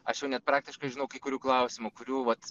aš jau net praktiškai žinau kai kurių klausimų kurių vat